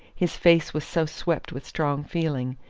his face was so swept with strong feeling,